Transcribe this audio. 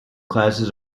classes